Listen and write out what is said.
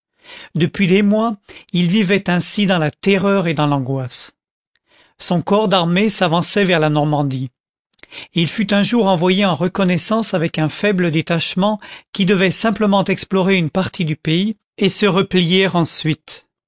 depuis des mois il vivait ainsi dans la terreur et dans l'angoisse son corps d'armée s'avançait vers la normandie et il fut un jour envoyé en reconnaissance avec un faible détachement qui devait simplement explorer une partie du pays et se replier ensuite